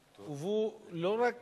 הובאו לא רק